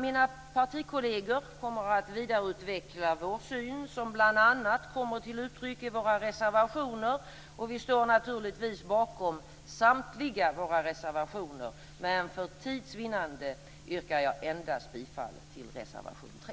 Mina partikolleger kommer att vidareutveckla vår syn som bl.a. kommer till uttryck i våra reservationer, och vi står naturligtvis bakom samtliga våra reservationer, men för tids vinnande yrkar jag bifall endast till reservation 3.